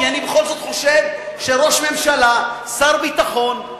כי אני בכל זאת חושב שראש ממשלה ושר ביטחון,